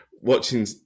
watching